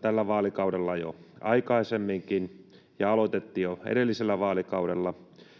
tällä vaalikaudella jo aikaisemminkin, ja tämä aloitettiin jo edellisellä vaalikaudella.